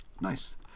Nice